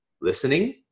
listening